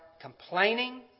complaining